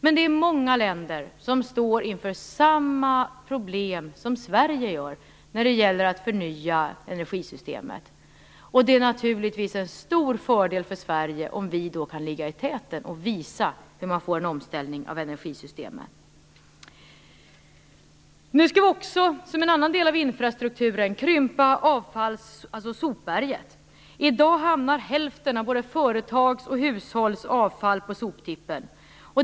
Men det är många länder som står inför samma problem som Sverige när det gäller att förnya energisystemet. Det är naturligtvis en stor fördel för Sverige om vi kan ligga i täten och visa hur man får en omställning av energisystemen. En annan del av förändringen av infrastrukturen innebär att vi skall krympa sopberget. I dag hamnar hälften av våra företags och hushålls avfall på soptippen.